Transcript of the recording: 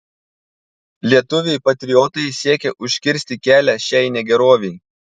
lietuviai patriotai siekė užkirsti kelią šiai negerovei